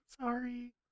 sorry